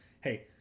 Hey